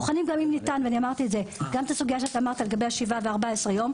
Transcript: אנחנו בוחנים גם אם ניתן לגבי הסוגיה שהעלית לגבי השבעה ו-14 יום.